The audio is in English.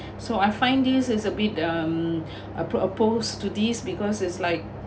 so I find this is a bit um a proposed to these because is like